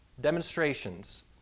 demonstrations